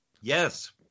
Yes